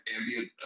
ambient